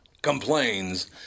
Complains